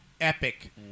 Epic